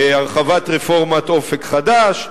הרחבת רפורמת "אופק חדש",